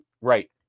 Right